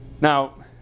now